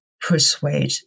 persuade